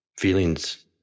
Feelings